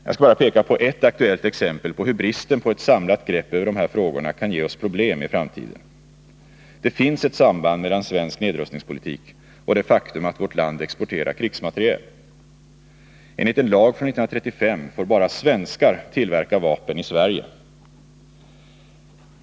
Jag skall bara peka på ett aktuellt exempel på hur bristen på ett samlat grepp över de här frågorna kan ge oss problem i framtiden. Det finns ett samband mellan svensk nedrustningspolitik och det faktum att vårt land exporterar krigsmateriel. Enligt en lag från 1935 får bara svenskar tillverka vapen i Sverige.